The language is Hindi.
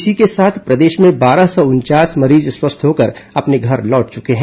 इसी के साथ प्रदेश में बारह सौ उनचास मरीज स्वस्थ होकर अपने घर लौट चुके हैं